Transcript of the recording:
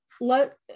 let